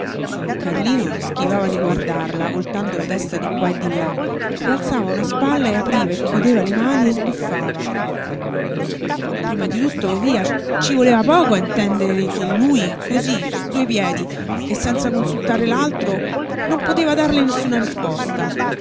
carlino schivava di guardarla voltando la testa di qua e di là e alzava una spalla e apriva e chiudeva le mani e sbuffava prima di tutto via ci voleva poco a intendere che lui cosí su due piedi e senza consultare l'altro non poteva darle nessuna risposta